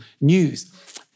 news